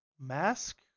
mask